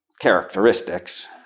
characteristics